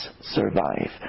survive